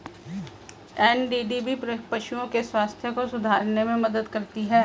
NDDB पशुओं के स्वास्थ्य को सुधारने में मदद करती है